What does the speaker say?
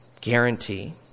guarantee